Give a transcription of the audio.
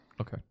okay